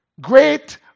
great